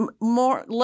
more